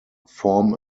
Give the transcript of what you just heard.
form